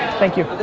thank you,